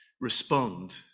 respond